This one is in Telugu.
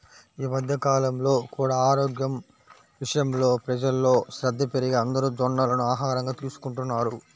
ఈ మధ్య కాలంలో కూడా ఆరోగ్యం విషయంలో ప్రజల్లో శ్రద్ధ పెరిగి అందరూ జొన్నలను ఆహారంగా తీసుకుంటున్నారు